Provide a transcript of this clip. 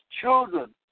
children